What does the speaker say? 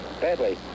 badly